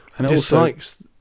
dislikes